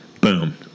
boom